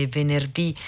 venerdì